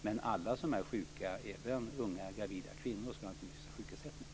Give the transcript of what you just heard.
Men alla som är sjuka, även unga gravida kvinnor, ska naturligtvis ha sjukersättning.